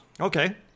Okay